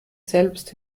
selbst